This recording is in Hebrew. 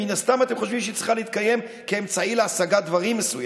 מן הסתם אתם חושבים שהיא צריכה להתקיים כאמצעי להשגת דברים מסוימים.